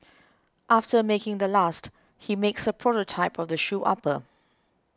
after making the last he makes a prototype of the shoe upper